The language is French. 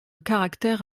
caractère